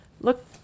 look